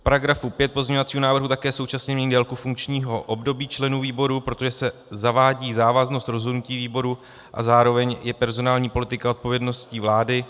V § 5 pozměňovacího návrhu také současně mění délku funkčního období členů výboru, protože se zavádí závaznost rozhodnutí výboru, a zároveň je personální politika odpovědností vlády.